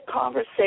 conversation